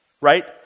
right